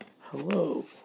Hello